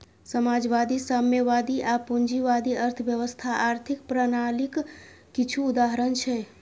समाजवादी, साम्यवादी आ पूंजीवादी अर्थव्यवस्था आर्थिक प्रणालीक किछु उदाहरण छियै